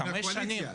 חמש שנים.